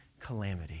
calamity